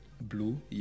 blue